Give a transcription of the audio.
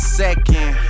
second